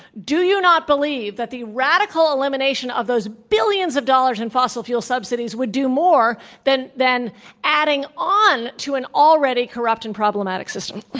do you not believe that the radical elimination of those billions of dollars in fossil fuel subsidies would do more than than adding on to an already corrupt and problematic system?